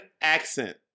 accent